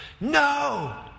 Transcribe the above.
no